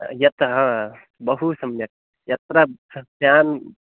यत् हा बहु सम्यक् यत्र ह फ़्यान्